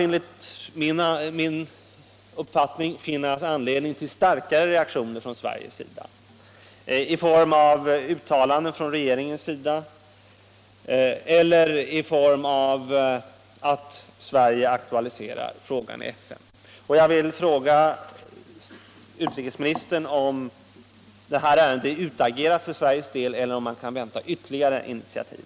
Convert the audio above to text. Enligt min uppfattning borde det finnas anledning till starkare reaktioner från Sveriges sida i form av uttalanden från regeringen eller i form av att Sverige aktualiserar frågan i FN. Jag vill fråga utrikesministern om det här ärendet är utagerat för Sveriges del eller om man kan vänta ytterligare initiativ.